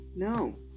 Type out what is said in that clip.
No